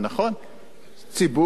ציבור שלם הודר,